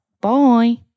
Bye